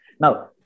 now